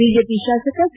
BJP ಶಾಸಕ C